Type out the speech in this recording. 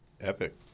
Epic